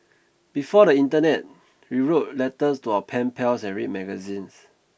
before the internet we wrote letters to our pen pals and read magazines